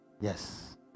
Yes